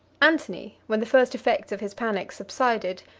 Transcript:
antony, when the first effects of his panic subsided,